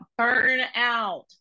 burnout